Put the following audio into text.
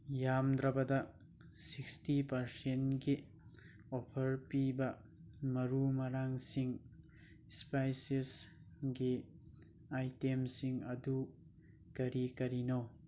ꯌꯥꯝꯗ꯭ꯔꯕꯗ ꯁꯤꯛꯁꯇꯤ ꯄꯥꯔꯁꯦꯟꯒꯤ ꯑꯣꯐꯔ ꯄꯤꯕ ꯃꯔꯨ ꯃꯔꯥꯡꯁꯤꯡ ꯏꯁꯄꯥꯏꯁꯤꯁꯒꯤ ꯑꯥꯏꯇꯦꯝꯁꯤꯡ ꯑꯗꯨ ꯀꯔꯤ ꯀꯔꯤꯅꯣ